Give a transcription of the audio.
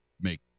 make